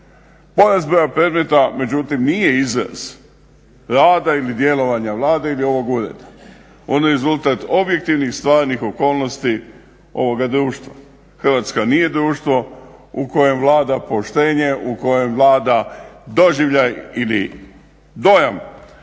Porast broja predmeta međutim nije izrast rada ili djelovanja Vlade ili ovog ureda. Ono je rezultat objektivnih stvarnih okolnosti ovoga društva. Hrvatska nije društvo u kojem vlada poštenje, u kojem vlada doživljaj ili dojam,